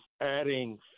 adding